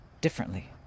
differently